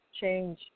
change